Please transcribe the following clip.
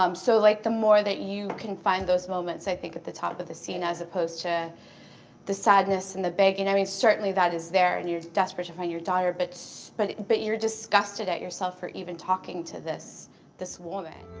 um so like the more that you can find those moments, i think at the top of the scene as opposed to the sadness and the begging. i mean, certainly that is there, and you're desperate to find your daughter but so but but you're disgusted at yourself for even talking to this this woman.